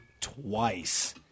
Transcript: twice